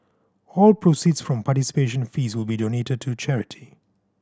all proceeds from participation fees will be donated to charity